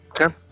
Okay